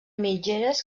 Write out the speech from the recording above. mitgeres